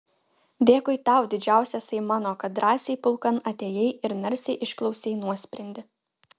dėkui tau didžiausiasai mano kad drąsiai pulkan atėjai ir narsiai išklausei nuosprendį